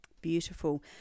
Beautiful